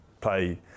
play